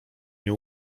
nie